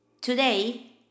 Today